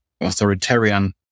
Authoritarian